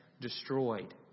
destroyed